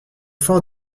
fort